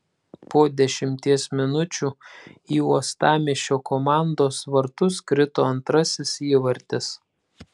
po dešimties minučių į uostamiesčio komandos vartus krito antrasis įvartis